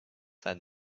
said